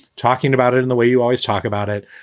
talking about it in the way you always talk about it,